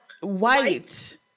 White